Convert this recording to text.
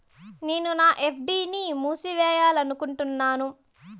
నేను నా ఎఫ్.డి ని మూసేయాలనుకుంటున్నాను